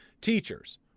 teachers